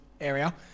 area